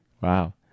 Wow